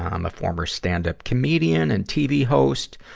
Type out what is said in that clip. i'm a former stand-up comedian and tv host.